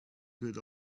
good